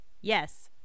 Yes